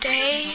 Day